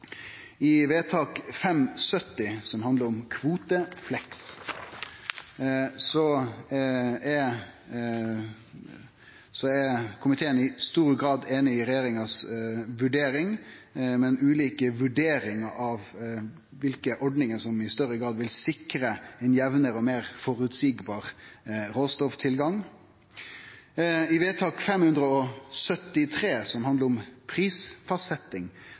vedtak nr. 570 for 2015–2016, som handlar om kvotefleks, er komiteen i stor grad einig i regjeringa si vurdering, men har ulike vurderingar av kva ordningar som i større grad vil sikre ein jamnare og meir føreseieleg råstofftilgang. Når det gjeld vedtak nr. 573 for 2015–2016, som handlar om